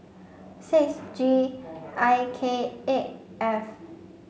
six G I K eight F